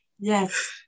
yes